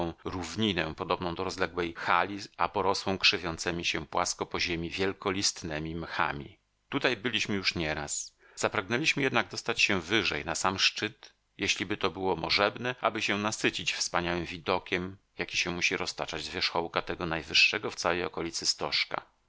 równinę podobną do rozległej hali a porosłą krzewiącemi się płasko po ziemi wielkolistnemi mchami tutaj byliśmy już nieraz zapragnęliśmy jednak dostać się wyżej na sam szczyt jeśliby to było możebne aby się nasycić wspaniałym widokiem jaki się musi roztaczać z wierzchołka tego najwyższego w całej okolicy stożka